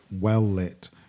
well-lit